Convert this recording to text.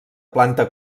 planta